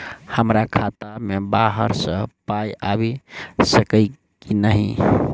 हमरा खाता मे बाहर सऽ पाई आबि सकइय की नहि?